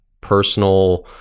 personal